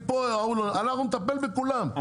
אנחנו נטפל בכולם,